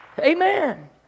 Amen